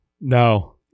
No